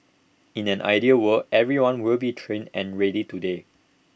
in an ideal world everyone will be trained and ready today